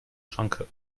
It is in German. schranke